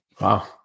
Wow